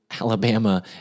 Alabama